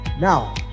Now